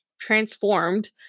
transformed